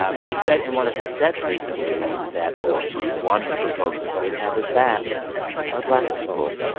ah but he said in one of his sets recently that the one group of folks that did have his back are black people.